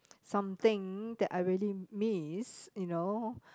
something that I really miss you know